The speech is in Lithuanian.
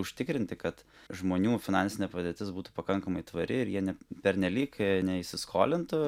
užtikrinti kad žmonių finansinė padėtis būtų pakankamai tvari ir jie ne pernelyg neįsiskolintų